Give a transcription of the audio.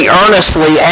earnestly